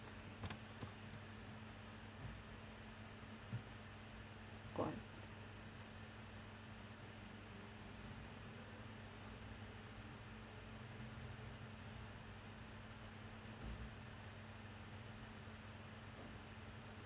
why